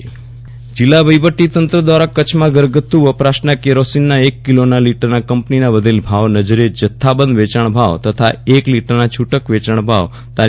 Viral Rana kerosene જિલ્લા વહીવટી તંત્ર દ્વારા કચ્છમાં ઘરગથ્થું વપરાશના કેરોસીનના એક કીલો લીટરના કંપનીના વધેલ ભાવ નજરે જથ્થાબંધ વેંચાણ ભાવ તથા એક લીટરના છૂટક વેચાણ ભાવ તા